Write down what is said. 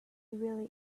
really